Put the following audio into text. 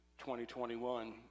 2021